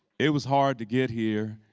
it was hard to get here.